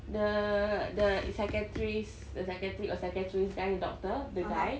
the the psychiatrist the psychiatric or psychiatrist guy doctor the guy